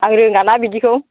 आं रोङाना बिदिखौ